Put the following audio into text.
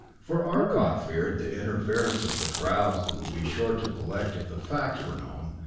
for arcot feared the interference of the crowds that would be sure to collect if the facts were known,